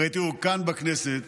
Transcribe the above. הרי תראו, כאן, בכנסת,